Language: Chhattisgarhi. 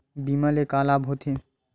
बीमा ले का लाभ होथे?